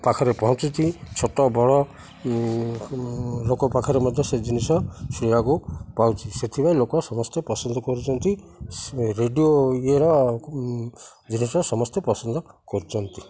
ପାଖରେ ପହଞ୍ଚୁଛି ଛୋଟ ବଡ଼ ଲୋକ ପାଖରେ ମଧ୍ୟ ସେ ଜିନିଷ ଶୁଣିବାକୁ ପାଉଛି ସେଥିପାଇଁ ଲୋକ ସମସ୍ତେ ପସନ୍ଦ କରୁଛନ୍ତି ରେଡ଼ିଓ ଇଏର ଜିନିଷ ସମସ୍ତେ ପସନ୍ଦ କରୁଛନ୍ତି